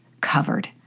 covered